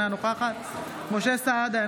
אינה נוכחת משה סעדה,